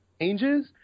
changes